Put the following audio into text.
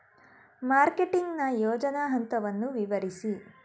Marketing ನ ಯೋಜನಾ ಹಂತವನ್ನು ವಿವರಿಸಿ?